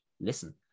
Listen